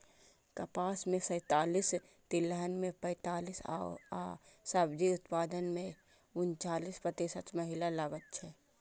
कपास मे सैंतालिस, तिलहन मे पैंतालिस आ सब्जी उत्पादन मे उनचालिस प्रतिशत महिला लागल छै